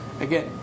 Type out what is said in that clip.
again